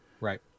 Right